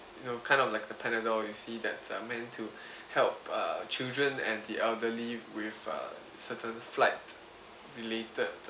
you know kind of like the panadol you see that are meant to help uh children and the elderly with uh certain flight related